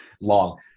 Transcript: long